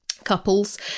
couples